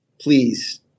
Please